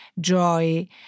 joy